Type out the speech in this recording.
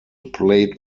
plate